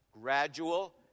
gradual